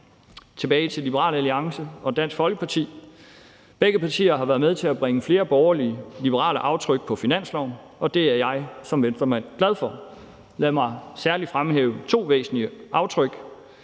forhold til Liberal Alliance og Dansk Folkeparti har begge partier været med til at bringe flere borgerlig-liberale aftryk på finansloven, og det er jeg som Venstremand glad for. Lad mig særlig fremhæve to væsentlige aftryk,